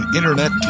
Internet